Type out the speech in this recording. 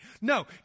No